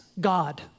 God